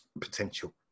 potential